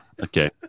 Okay